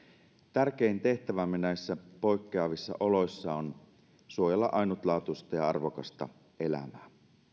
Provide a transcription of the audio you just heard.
tärkein tehtävämme näissä poikkeavissa oloissa on suojella ainutlaatuista ja arvokasta elämää